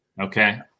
Okay